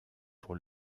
pour